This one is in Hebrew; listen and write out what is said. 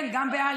כן, גם באלכס.